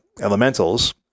elementals